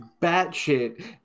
batshit